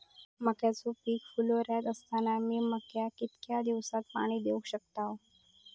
मक्याचो पीक फुलोऱ्यात असताना मी मक्याक कितक्या दिवसात पाणी देऊक शकताव?